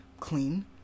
clean